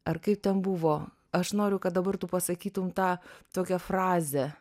ar kaip ten buvo aš noriu kad dabar tu pasakytum tą tokią frazę